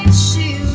she